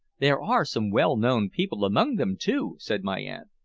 there are some well-known people among them, too, said my aunt.